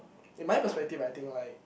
in my perspective I think like